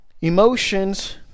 Emotions